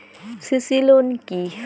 CC loan কি?